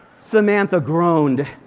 samantha groaned.